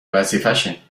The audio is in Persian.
وظیفشه